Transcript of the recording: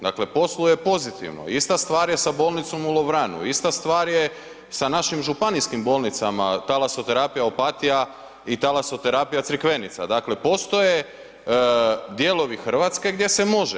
Dakle, posluje pozitivno, ista stvar je sa bolnicom u Lovranu, ista stvar je sa našim županijskim bolnicama, Talasoterapija Opatija i Talasoterapija Crikvenica, dakle postoji dijelovi Hrvatske gdje se može.